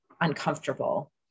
uncomfortable